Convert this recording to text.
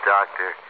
Doctor